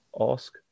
ask